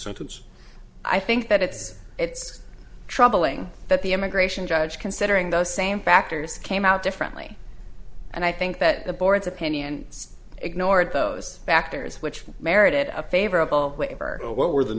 sentence i think that it's it's troubling that the immigration judge considering those same factors came out differently and i think that the board's opinion ignored those factors which merited a favorable waiver or what were the